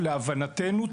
להבנתנו,